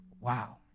Wow